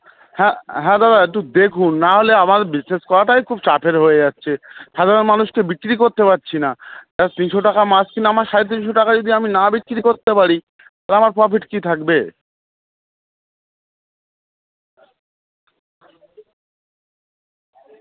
হ্যাঁ হ্যাঁ দাদা একটু দেখুন নাহলে আমার বিজনেস করাটাই খুব চাপের হয়ে যাচ্ছে সাধারণ মানুষকে বিক্রি করতে পারছি না এক তিনশো টাকার মাছ কিনে আমার সাড়ে তিনশো টাকায় যদি আমি না বিক্রি করতে পারি তা আমার প্রফিট কী থাকবে